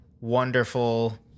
wonderful